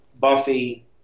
buffy